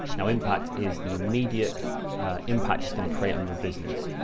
now, impact is the immediate impact is going to create on your business.